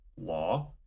law